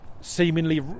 seemingly